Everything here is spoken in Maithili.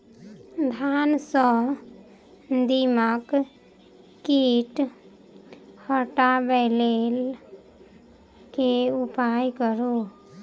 धान सँ दीमक कीट हटाबै लेल केँ उपाय करु?